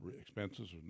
expenses